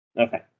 Okay